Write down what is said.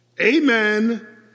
Amen